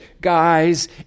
guys